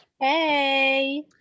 Hey